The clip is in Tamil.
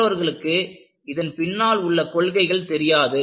மற்றவர்களுக்கு இதன் பின்னால் உள்ள கொள்கைகள் தெரியாது